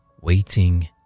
waiting